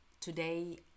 today